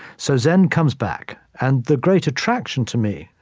so zen comes back. and the great attraction, to me,